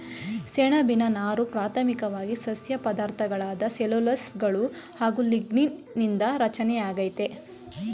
ಸೆಣ್ಬಿನ ನಾರು ಪ್ರಾಥಮಿಕ್ವಾಗಿ ಸಸ್ಯ ಪದಾರ್ಥಗಳಾದ ಸೆಲ್ಯುಲೋಸ್ಗಳು ಹಾಗು ಲಿಗ್ನೀನ್ ನಿಂದ ರಚನೆಯಾಗೈತೆ